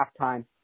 halftime